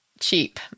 Cheap